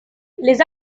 les